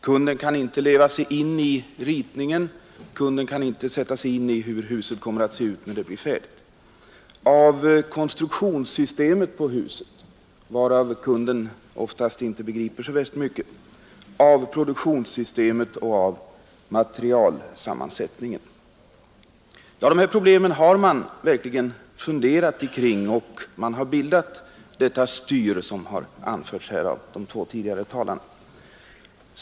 Kunden kan inte leva sig in i ritningen och sätta sig in i hur huset kommer att se ut när det blir färdigt. Vidare av konstruktionssystemet, varav kunden oftast inte begriper så värst mycket, av produktionssystemet och av materialsammansättningen. De här problemen har man verkligen funderat kring, och man har bildat STYR som har nämnts här av de två tidigare talarna.